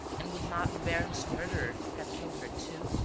and would not the baron's murderer have killed her too?